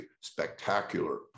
spectacular